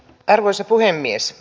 arvoisa puhemies